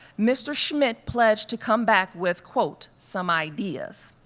mr. schmidt pledged to come back with, quote, some ideas.